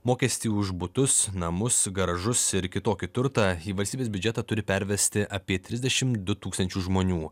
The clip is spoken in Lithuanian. mokestį už butus namus garažus ir kitokį turtą į valstybės biudžetą turi pervesti apie trisdešim du tūkstančius žmonių